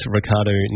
Ricardo